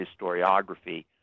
historiography